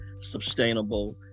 sustainable